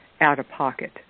out-of-pocket